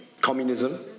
communism